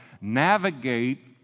navigate